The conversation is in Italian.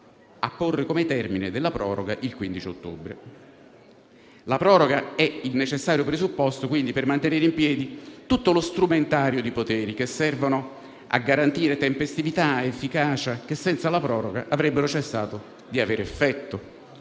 La proroga è il necessario presupposto quindi per mantenere in piedi tutto lo strumentario di poteri che servono a garantire tempestività e efficacia, che senza la proroga avrebbero cessato di avere effetto.